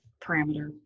parameter